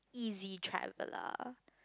easy traveller